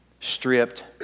stripped